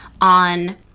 on